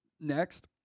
next